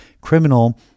criminal